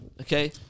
okay